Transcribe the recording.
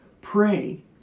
pray